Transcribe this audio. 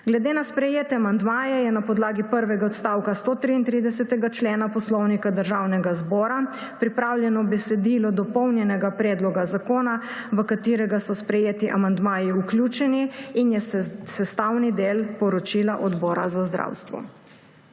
Glede na sprejete amandmaje je na podlagi prvega odstavka 133. člena Poslovnika Državnega zbora pripravljeno besedilo dopolnjenega predloga zakona, v katerega so sprejeti amandmaji vključeni in je sestavni del poročila Odbora za zdravstvo.